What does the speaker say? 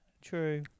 true